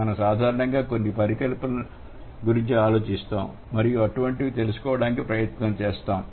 మనం సాధారణంగా కొన్ని పరికల్పనల గురించి ఆలోచిస్తాం మరియు అటువంటిది అని తెలుసుకోవడానికి ప్రయత్నిస్తాము